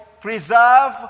preserve